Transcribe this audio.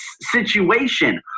situation